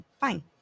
Fine